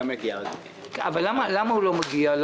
למה הוא לא מגיע?